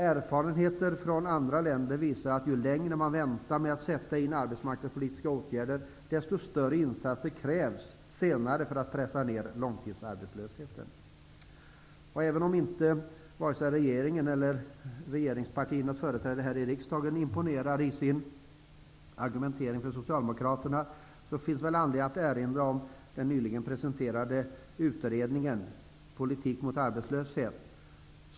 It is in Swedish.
Erfarenheter från andra länder visar, att ju längre man väntar med att sätta in arbetsmarknadspolitiska åtgärder, desto större insatser krävs senare för att pressa ned långtidsarbetslösheten. Även om varken regeringen eller regeringspartiernas företrädare här i riksdagen imponerar på socialdmokraterna med sin argumentering, finns det anledning att erinra om den nyligen presenterade utredningen Politik mot arbetslöshet.